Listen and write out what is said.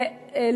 למבשרת.